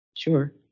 Sure